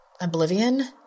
oblivion